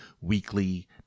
weekly